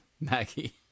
Maggie